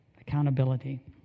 accountability